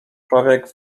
człowiek